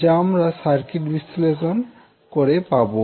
যা আমরা সার্কিট বিশ্লেষণ করে পাবো